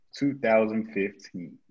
2015